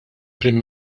prim